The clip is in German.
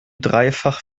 dreifach